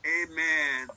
amen